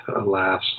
alas